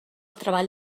treball